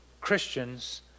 Christians